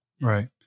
Right